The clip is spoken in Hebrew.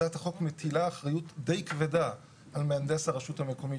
הצעת החוק מטילה אחריות די כבדה על מהנדס הרשות המקומית.